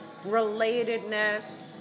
relatedness